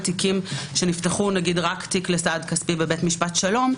תיקים שנפתחו נגיד רק תיק לסעד כספי בבית משפט שלום,